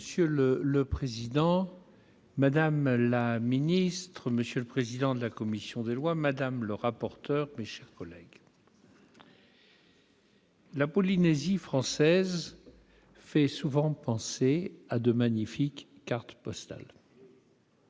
Monsieur le président, madame la ministre, monsieur le président de la commission des lois, madame la rapporteur, mes chers collègues, la Polynésie française fait souvent penser à de magnifiques paysages